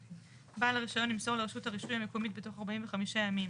בעל הרישיון ימסור לרשות הרישוי המקומית בתוך 45 ימים